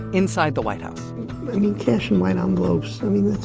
inside the white house i mean cash in white um envelopes, i mean,